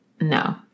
no